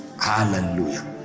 Hallelujah